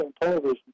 television